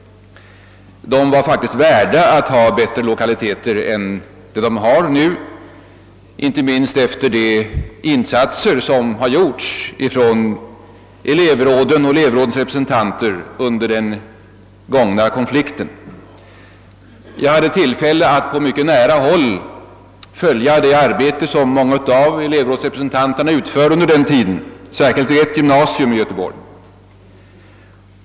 De är faktiskt värda bättre lokaliteter än de nu har, inte minst efter elevrådens in« satser under den gångna konflikten. Jag hade tillfälle att på mycket nära håll följa det arbete som många elevrådsrepresentanter under den tiden utförde, särskilt vid ett gymnasium i Göteborg.